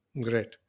Great